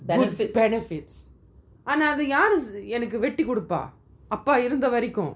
good benefits அனா அது யாரு என்னக்கு வெட்டி குடுப்பை அப்பா இருந்த வரைக்கும்:ana athu yaaru ennaku vetti kudupa appa iruntha varaikum